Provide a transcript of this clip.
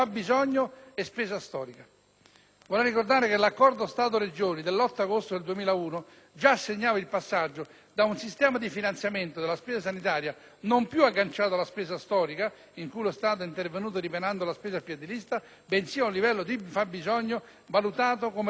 Vorrei ricordare che l'accordo Stato-Regioni dell'8 agosto 2001 già segnava il passaggio ad un sistema di finanziamento della spesa sanitaria non più agganciato alla spesa storica (in cui lo Stato è intervenuto ripianando la spesa a piè di lista), bensì ad un livello di fabbisogno valutato come rapporto ottimale rispetto al PIL.